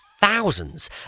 thousands